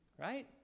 right